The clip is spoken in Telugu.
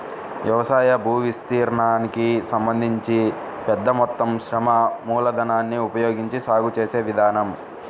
వ్యవసాయ భూవిస్తీర్ణానికి సంబంధించి పెద్ద మొత్తం శ్రమ మూలధనాన్ని ఉపయోగించి సాగు చేసే విధానం